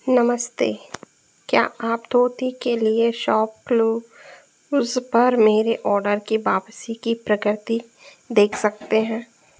नमस्ते क्या आप धोती के लिए शॉपक्लूज़ पर मेरे आर्डर की वापसी की प्रगति देख सकते हैं